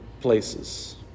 places